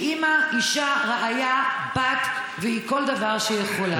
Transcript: היא אימא, אישה, רעיה, בת, כל דבר שהיא יכולה.